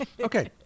Okay